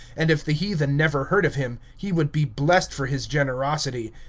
and if the heathen never heard of him, he would be blessed for his generosity.